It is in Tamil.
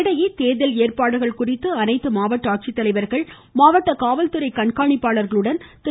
இதனிடையே தேர்தல் குறித்து அனைத்து மாவட்ட ஆட்சித்தலைவா்கள் காவல்துறை கண்காணிப்பாளர்களுடன் திரு